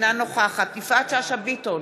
אינה נוכחת יפעת שאשא ביטון,